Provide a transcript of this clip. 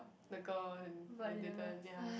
my gone then they turn ya